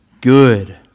good